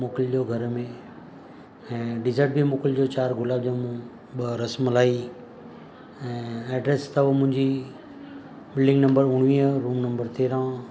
मोकिलिजो घर में ऐं डेज़ट में मोकिलिजो चारि गुलाब ॼमूं ॿ रसमलाई ऐं एड्रेस अथव मुंहिंजी बिल्डिंग नंबर उणिवीह रूम नंबर तेरहं